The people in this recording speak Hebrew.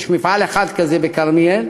יש מפעל אחד כזה בכרמיאל,